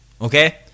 Okay